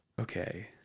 Okay